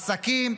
עסקים,